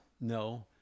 No